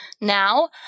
now